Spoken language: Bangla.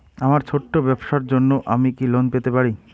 আমার ছোট্ট ব্যাবসার জন্য কি আমি লোন পেতে পারি?